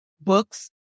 books